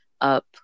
up